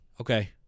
Okay